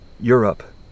Europe